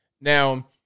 Now